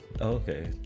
Okay